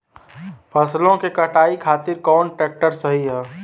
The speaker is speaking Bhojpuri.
फसलों के कटाई खातिर कौन ट्रैक्टर सही ह?